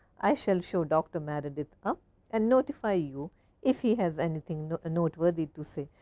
i shall show doctor meredith up and notify you if he has anything noteworthy to say.